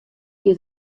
giet